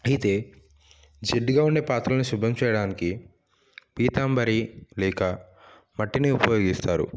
అయితే జిడ్డుగా ఉండే పాత్రలను శుభ్రం చేయడానికి పీతాంబరి లేక మట్టిని ఉపయోగిస్తారు